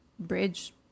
Bridge